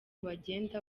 bagenda